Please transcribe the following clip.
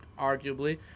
arguably